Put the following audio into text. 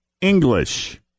English